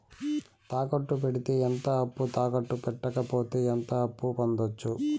తాకట్టు పెడితే ఎంత అప్పు, తాకట్టు పెట్టకపోతే ఎంత అప్పు పొందొచ్చు?